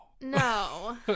No